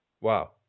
Wow